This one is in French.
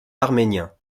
arméniens